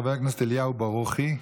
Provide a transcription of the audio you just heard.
חבר הכנסת אליהו ברוכי.